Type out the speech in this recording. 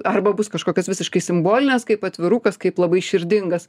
arba bus kažkokios visiškai simbolinės kaip atvirukas kaip labai širdingas